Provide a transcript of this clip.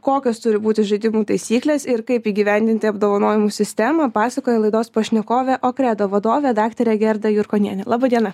kokios turi būti žaidimų taisykles ir kaip įgyvendinti apdovanojimų sistemą pasakoja laidos pašnekovė okredo vadovė daktarė gerda jurkonienė laba diena